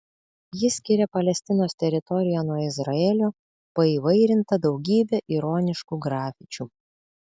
ji skiria palestinos teritoriją nuo izraelio paįvairinta daugybe ironiškų grafičių